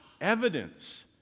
evidence